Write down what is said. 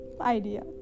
idea